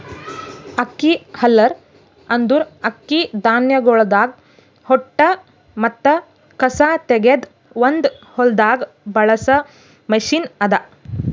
ಅಕ್ಕಿ ಹಲ್ಲರ್ ಅಂದುರ್ ಅಕ್ಕಿ ಧಾನ್ಯಗೊಳ್ದಾಂದ್ ಹೊಟ್ಟ ಮತ್ತ ಕಸಾ ತೆಗೆದ್ ಒಂದು ಹೊಲ್ದಾಗ್ ಬಳಸ ಮಷೀನ್ ಅದಾ